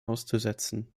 auszusetzen